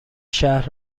شهر